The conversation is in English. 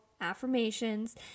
affirmations